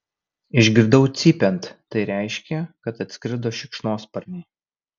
išgirdau cypiant tai reiškė kad atskrido šikšnosparniai